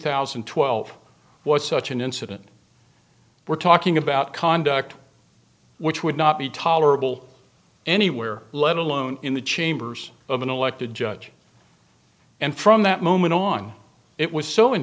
thousand and twelve was such an incident we're talking about conduct which would not be tolerable anywhere let alone in the chambers of an elected judge and from that moment on it was s